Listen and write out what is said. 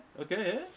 okay